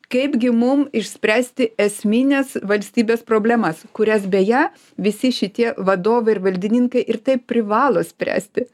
kaipgi mum išspręsti esmines valstybės problemas kurias beje visi šitie vadovai ir valdininkai ir taip privalo spręsti